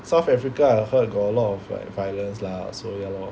South Africa I heard got a lot of like violence lah so ya lor